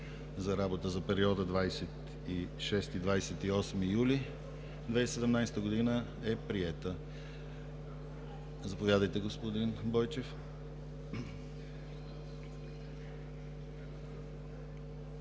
за работа за периода 26 – 28 юли 2017 г. е приета. Заповядайте, господин Бойчев.